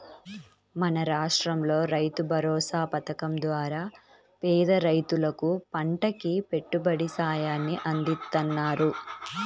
మన రాష్టంలో రైతుభరోసా పథకం ద్వారా పేద రైతులకు పంటకి పెట్టుబడి సాయాన్ని అందిత్తన్నారు